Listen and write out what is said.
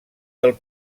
del